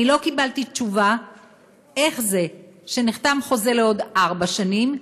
אני לא קיבלתי תשובה איך זה שנחתם חוזה לעוד ארבע שנים,